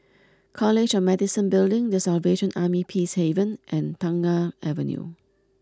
College of Medicine Building The Salvation Army Peacehaven and Tengah Avenue